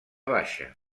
baixa